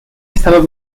estado